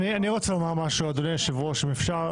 אדוני היושב-ראש, אני רוצה לומר משהו אם אפשר.